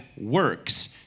works